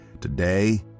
Today